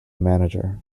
manager